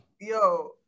Yo